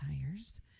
tires